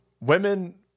women